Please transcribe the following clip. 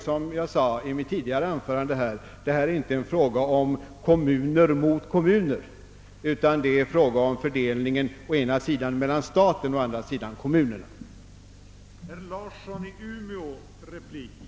Som jag sade i mitt tidigare anförande är detta inte en fråga om kommun mot kommun utan om fördelningen mellan staten å ena sidan och kommunerna å den andra.